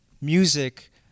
music